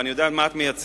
ואני יודע מה את מייצגת,